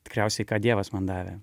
tikriausiai ką dievas man davė